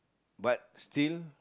but still